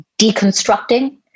deconstructing